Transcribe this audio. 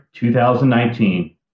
2019